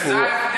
זה ההבדל.